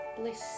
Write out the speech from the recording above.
bliss